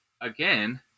again